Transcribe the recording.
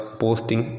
posting